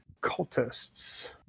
cultists